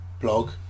blog